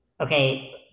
Okay